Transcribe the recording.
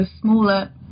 smaller